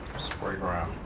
sprayground,